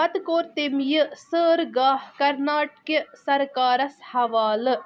پتہٕ کوٚر تٔمۍ یہِ سٲر گاہ کرناٹک سرکارس حوالہٕ